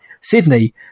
Sydney